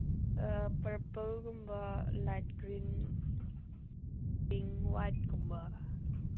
ꯑꯥ ꯄꯔꯄꯜꯒꯨꯝꯕ light green pink ꯋꯥꯏꯠꯀꯨꯝꯕ